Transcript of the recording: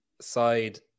side